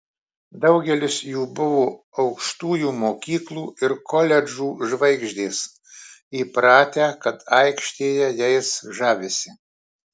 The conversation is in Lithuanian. daugelis jų buvo aukštųjų mokyklų ir koledžų žvaigždės įpratę kad aikštėje jais žavisi